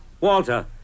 Walter